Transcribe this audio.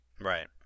Right